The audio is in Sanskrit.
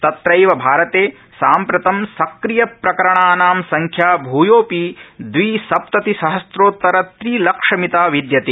तट्रैव भारते साम्प्रतं सक्रियप्रकरणानां संख्या भ्योपि दविसप्तति सहस्रोतर त्रिलक्षमिता विद्यते